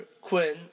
Quinn